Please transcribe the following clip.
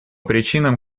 причинам